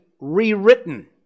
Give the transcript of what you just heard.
rewritten